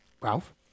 Ralph